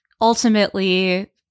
ultimately